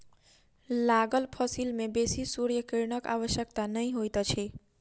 लागल फसिल में बेसी सूर्य किरणक आवश्यकता नै होइत अछि